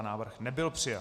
Návrh nebyl přijat.